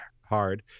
hard